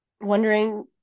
wondering